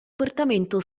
portamento